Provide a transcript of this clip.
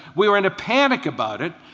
we were in a panic about it,